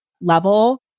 level